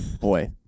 Boy